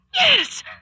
Yes